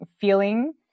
Feeling